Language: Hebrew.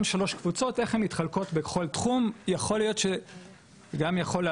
יכול להיות שגם יכולה לעלות פה שאלה לגבי מאפיינים של כל תחום,